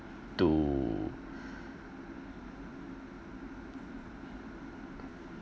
to